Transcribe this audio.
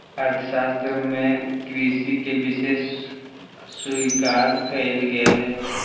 अर्थशास्त्र में कृषि के विशेष स्वीकार कइल गेल हइ